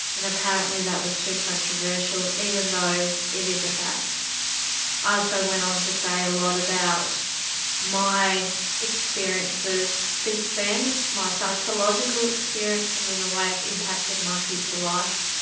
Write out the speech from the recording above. and apparently that was too controversial, even though it is a fact. i also went on to say a lot about my experiences since then, my psychological experiences and the way it's impacted my future life.